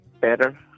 better